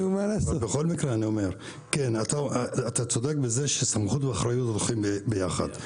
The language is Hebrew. אתה צודק בזה שסמכות ואחריות הולכים ביחד.